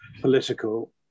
political